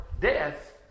death